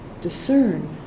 discern